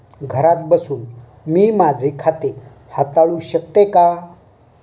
घरात बसून मी माझे खाते हाताळू शकते का?